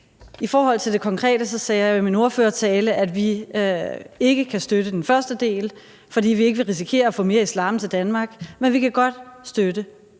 I forhold til det konkrete sagde jeg i min ordførertale, at vi ikke kan støtte den første del, fordi vi ikke vil risikere at få mere islam til Danmark, men vi kan godt støtte